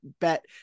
bet